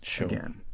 again